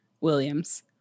Williams